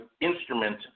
instrument